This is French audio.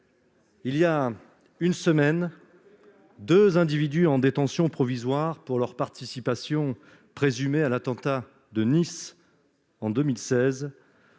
Voilà une semaine, deux individus placés en détention provisoire pour leur participation présumée à l'attentat de Nice de 2016 ont,